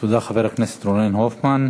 תודה, חבר הכנסת רונן הופמן.